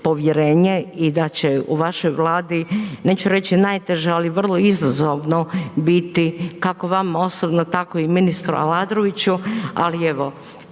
i da će u vašoj vladi, neću reći najteže, ali vrlo izazovno biti kako vama osobno tako i ministru Aladroviću, ali evo